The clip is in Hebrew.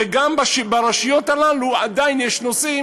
וגם ברשויות הללו עדיין יש נושאים